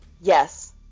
yes